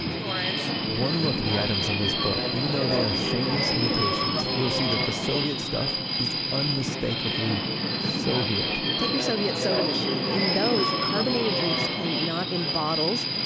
lawrence! one look at the items in this book, even though they are shameless imitations you'll see that the soviet stuff is unmistakably soviet take your soviet soda machine. in those, carbonated drinks came not in bottles,